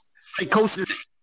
psychosis